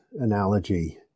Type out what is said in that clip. analogy